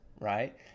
right